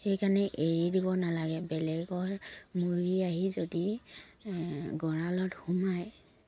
সেইকাৰণে এৰি দিব নালাগে বেলেগৰ মুৰ্গী আহি যদি গঁৰালত সোমায়